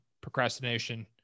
procrastination